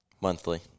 Monthly